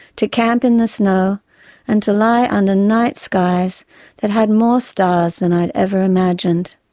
to camp in the snow and to lie under night skies that had more stars than i'd ever imagined.